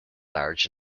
large